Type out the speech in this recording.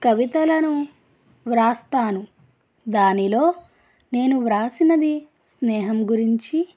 కవితలను వ్రాస్తాను దానిలో నేను వ్రాసినది స్నేహం గురించి